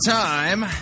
time